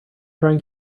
trying